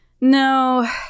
No